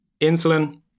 insulin